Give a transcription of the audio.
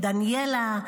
דניאלה,